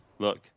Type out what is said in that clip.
Look